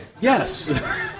Yes